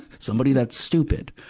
somebody that's stupid.